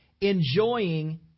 enjoying